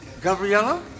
Gabriela